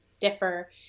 differ